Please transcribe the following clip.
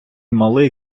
малий